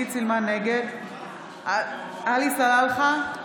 נגד עלי סלאלחה,